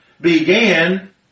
began